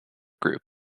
group